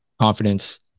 confidence